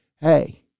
hey